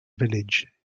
village